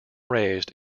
raised